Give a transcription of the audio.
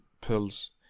pills